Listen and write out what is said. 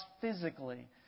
physically